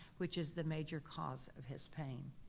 which is the major cause of his pain.